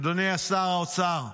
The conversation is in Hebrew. אדוני שר האוצר,